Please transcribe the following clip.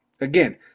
Again